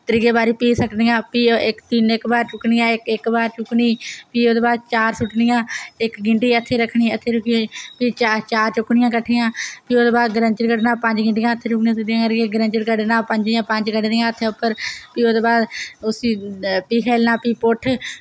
त्रिये बारी प्ही सु'ट्टनियां प्ही त्रिये बारी ओह् तिन इक्क बार चुक्कनी ते इक्क इक्क बार चुक्कनी प्ही ओह्दे बाद चार सु'ट्टनियां इक्क गीह्टी हत्थें ई रक्खनी हत्थै ई रक्खियै प्ही चार चुक्कनियां कट्ठियां प्ही ओह्दे बाद ग्रैंच कड्ढना पंजें दियां पंज कड्ढनियां हत्थै पर प्ही ओह्दे बाद प्ही उसी खेल्लना पुट्ठ